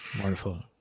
Wonderful